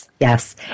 Yes